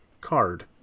card